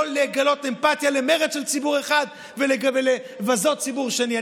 לא לגלות אמפתיה למרד של ציבור אחד ולבזות ציבור שני.